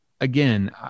again